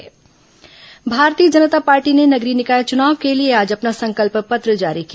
भाजपा संकल्प पत्र भारतीय जनता पार्टी ने नगरीय निकाय चुनाव के लिए आज अपना संकल्प पत्र जारी किया